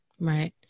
right